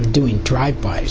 of doing drive by